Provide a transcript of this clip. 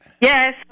Yes